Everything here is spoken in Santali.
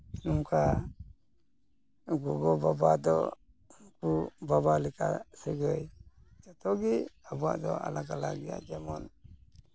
ᱱᱚᱝᱠᱟ ᱜᱚᱜᱚᱼᱵᱟᱵᱟ ᱫᱚ ᱜᱚᱼᱵᱟᱵᱟ ᱞᱮᱠᱟ ᱥᱟᱹᱜᱟᱹᱭ ᱡᱚᱛᱚᱜᱮ ᱟᱵᱚᱣᱟᱜ ᱫᱚ ᱟᱞᱟᱫᱟ ᱟᱞᱟᱫᱟ ᱜᱮᱭᱟ ᱡᱮᱢᱚᱱ